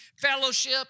fellowship